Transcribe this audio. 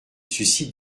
suscite